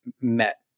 met